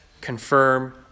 confirm